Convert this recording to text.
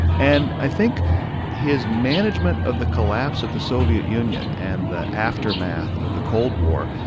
and i think his management of the collapse of the soviet union and the aftermath of the cold war,